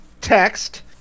text